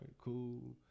cool